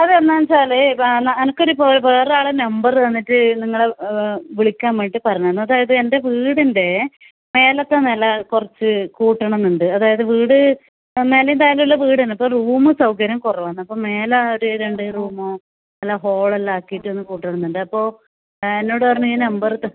അതെന്നാന്ന് വച്ചാൽ എനിക്കൊരു വേറെ ഒരാൾ നമ്പറ് തന്നിട്ട് നിങ്ങളെ വിളിക്കാൻ വേണ്ടിയിട്ട് പറഞ്ഞതായിരുന്നു അതായത് എൻ്റെ വീടിൻ്റെ മേലത്തെ നില കുറച്ച് കൂട്ടണം എന്നുണ്ട് അതായത് വീട് മേലേയും താഴേയും ഉള്ള വീടാണ് അപ്പം റൂമ് സൗകര്യം കുറവാണ് അപ്പം മേലെ ഒരു രണ്ട് റൂമും എല്ലാ ഹൊളെല്ലാം ആക്കിയിട്ട് ഒന്ന് കൂട്ടണം എന്നുണ്ട് അപ്പോൾ എന്നോട് പറഞ്ഞു ഈ നമ്പറ് തന്നു